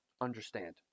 understand